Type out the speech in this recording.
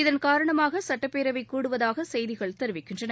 இதன்காரணமாக சட்டப்பேரவை கூடுவதாக செய்திகள் தெரிவிக்கின்றன